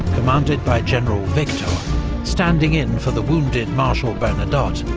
commanded by general victor standing in for the wounded marshal bernadotte,